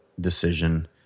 decision